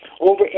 Over